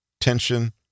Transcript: tension